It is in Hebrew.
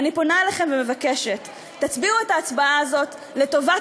אני פונה אליכם ומבקשת: תצביעו את ההצבעה הזאת לטובת